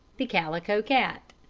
the calico cat